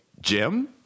jim